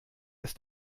ist